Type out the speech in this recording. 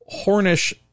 Hornish